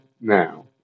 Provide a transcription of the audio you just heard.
now